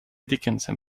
dickinson